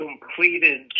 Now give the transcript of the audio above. completed